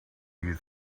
you